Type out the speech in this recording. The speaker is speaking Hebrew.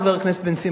חבר הכנסת בן-סימון,